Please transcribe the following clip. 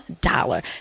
dollar